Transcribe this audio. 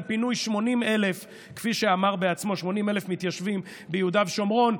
פינוי 80,000 מתיישבים ביהודה ושומרון,